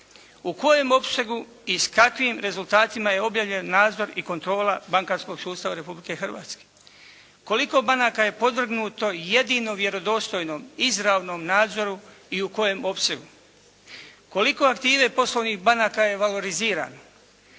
U kojem opsegu i s kakvim rezultatima je objavljen nadzor i kontrola bankarskog sustava Republike Hrvatske? Koliko banaka je podvrgnuto jedino vjerodostojnom izravnom nadzoru i u kojem opsegu? Koliko aktive poslovnih banaka je valorizirano?